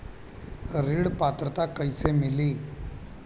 ऋण पात्रता कइसे मिली?